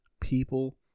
People